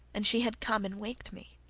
and she had come and waked me.